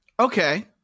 Okay